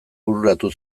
bururatu